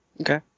Okay